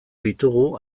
ditugu